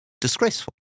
disgraceful